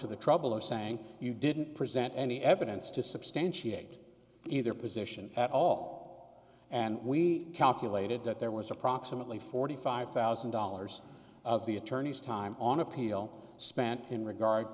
to the trouble of saying you didn't present any evidence to substantiate either position at all and we calculated that there was approximately forty five thousand dollars of the attorney's time on appeal spent in regard